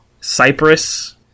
Cyprus